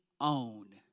own